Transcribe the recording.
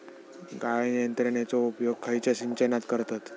गाळण यंत्रनेचो उपयोग खयच्या सिंचनात करतत?